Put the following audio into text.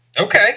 Okay